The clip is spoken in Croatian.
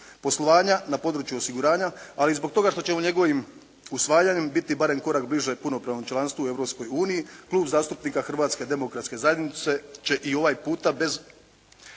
poslovanja na području osiguranja, ali i zbog toga što ćemo njegovim usvajanjem biti barem korak bliže prema punopravnom članstvu Europskoj uniji, Klub zastupnika Hrvatske demokratske zajednice će i ovaj puta bez